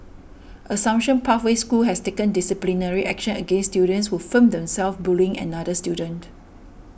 Assumption Pathway School has taken disciplinary action against students who filmed themselves bullying another student